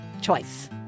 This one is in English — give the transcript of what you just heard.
choice